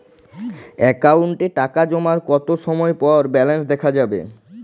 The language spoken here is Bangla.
অ্যাকাউন্টে টাকা জমার কতো সময় পর ব্যালেন্স দেখা যাবে?